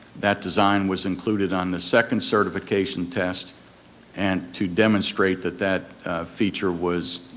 that design was included on the second certification test and to demonstrate that that feature was,